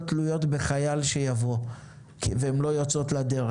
תלויות בחייל שיבוא והן לא יוצאות לדרך?